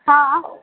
हँ